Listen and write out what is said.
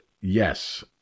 yes